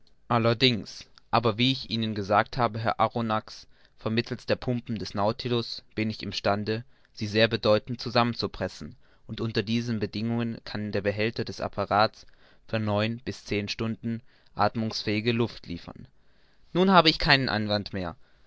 allerdings aber wie ich ihnen gesagt habe herr arronax vermittelst der pumpen des nautilus bin ich im stande sie sehr bedeutend zusammenzupressen und unter diesen bedingungen kann der behälter des apparats für neun bis zehn stunden athmungsfähige luft liefern nun habe ich keinen einwand mehr